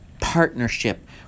partnership